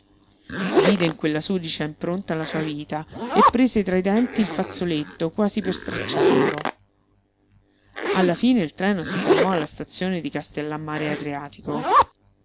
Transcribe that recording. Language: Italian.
vide in quella sudicia impronta la sua vita e prese tra i denti il fazzoletto quasi per stracciarlo alla fine il treno si fermò alla stazione di castellammare adriatico